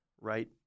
right